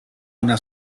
una